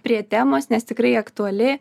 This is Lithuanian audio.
prie temos nes tikrai aktuali